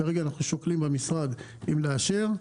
כרגע אנחנו שוקלים במשרד האם לאשר.